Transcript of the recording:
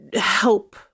help